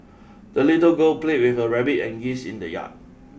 the little girl played with her rabbit and geese in the yard